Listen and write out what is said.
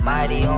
Mighty